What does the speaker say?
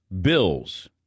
Bills